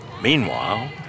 Meanwhile